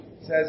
says